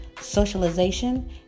socialization